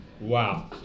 Wow